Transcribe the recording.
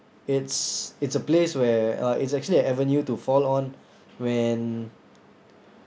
it's it's a place where uh it's actually a avenue to fall on when